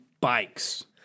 Bikes